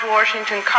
Washington